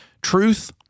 Truth